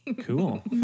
Cool